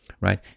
right